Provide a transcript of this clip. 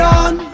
on